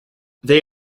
they